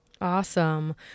Awesome